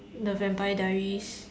the Vampire Diaries